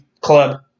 Club